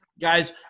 guys